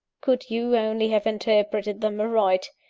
could you only have interpreted them aright.